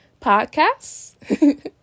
podcasts